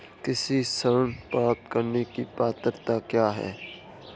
कृषि ऋण प्राप्त करने की पात्रता क्या है?